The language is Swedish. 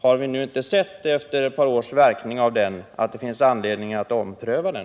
Har vi inte nu, efter ett par års erfarenhet av den, sett att det finns anledning att ompröva den?